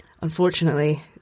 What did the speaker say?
unfortunately